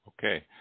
Okay